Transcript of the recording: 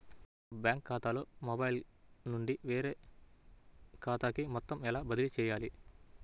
నా బ్యాంక్ ఖాతాలో మొబైల్ నుండి వేరే ఖాతాకి మొత్తం ఎలా బదిలీ చేయాలి?